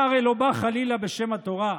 אתה הרי לא בא, חלילה, בשם התורה,